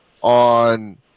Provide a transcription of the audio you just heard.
on